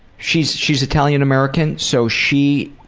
she's she's italian american so she